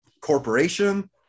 corporation